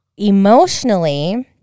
emotionally